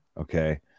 okay